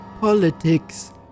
politics